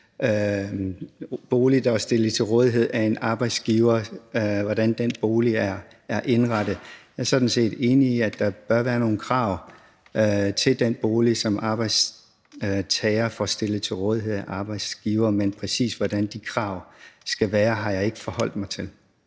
bolig, der er stillet til rådighed af en arbejdsgiver, er indrettet. Jeg er sådan set enig i, at der bør være nogle krav til den bolig, som arbejdstagere får stillet til rådighed af arbejdsgivere, men præcis hvordan de krav skal være, har jeg ikke forholdt mig til.